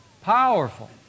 Powerful